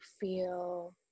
feel